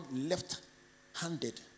left-handed